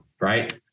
right